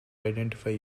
identify